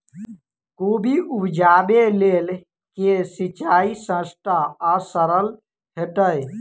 कोबी उपजाबे लेल केँ सिंचाई सस्ता आ सरल हेतइ?